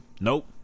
nope